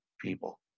people